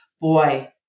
boy